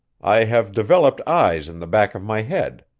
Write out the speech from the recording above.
i have developed eyes in the back of my head,